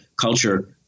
culture